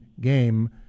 game